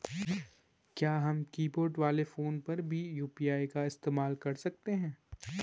क्या हम कीबोर्ड वाले फोन पर यु.पी.आई का प्रयोग कर सकते हैं?